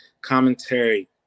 commentary